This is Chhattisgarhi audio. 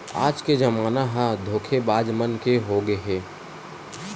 आज के जमाना ह धोखेबाज मन के होगे हे